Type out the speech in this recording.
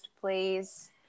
please